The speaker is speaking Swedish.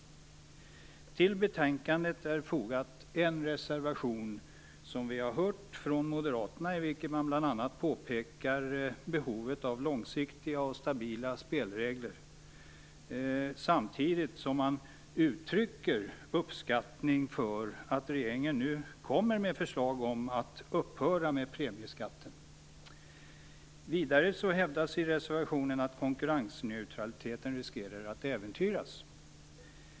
Till betänkandet är, som vi har hört, fogat en reservation från Moderaterna. I denna påpekar man bl.a. behovet av långsiktiga och stabila spelregler samtidigt som man uttrycker uppskattning över att regeringen nu kommer med ett förslag om att upphöra med premieskatten. Vidare hävdas i reservationen att kokurrensneutraliteten riskerar att äventyras.